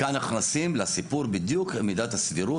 כאן נכנסים לסיפור בדיוק על מידת הסבירות,